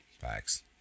Facts